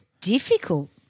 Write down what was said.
difficult